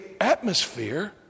atmosphere